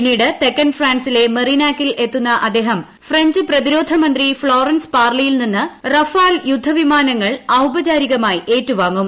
പിന്നീട് തെക്കൻ ഫ്രാൻസിലെ മെറിനാക്കിൽ എത്തുന്ന അദ്ദേഹം ഫ്രഞ്ച് പ്രതിരോധമന്ത്രി ഫ്ളോറൻസ് പാർലിയിൽ നിന്ന് റഫാൽ യുദ്ധവിമാനങ്ങൾ ഔപചാരികമായി ഏറ്റുവാങ്ങും